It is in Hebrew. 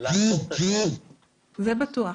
--- זה בטוח.